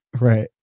right